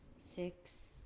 Six